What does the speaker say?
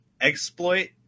exploit